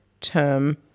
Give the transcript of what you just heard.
term